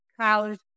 College